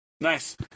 Nice